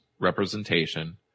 representation